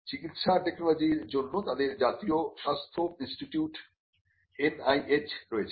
চিকিৎসা টেকনোলজি র জন্য তাদের জাতীয় স্বাস্থ্য ইনস্টিটিউট NIH রয়েছে